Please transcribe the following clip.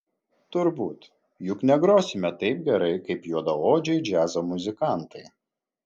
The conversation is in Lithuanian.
turbūt juk negrosime taip gerai kaip juodaodžiai džiazo muzikantai